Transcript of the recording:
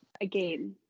again